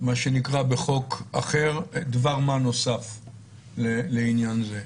מה שנקרא, בחוק אחר דבר מה נוסף לעניין זה.